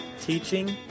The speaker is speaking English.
teaching